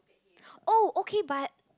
oh okay but